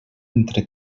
entre